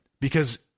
Because-